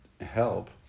help